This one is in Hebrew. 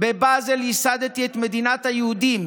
בבזל יסדתי את מדינת היהודים.